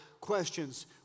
questions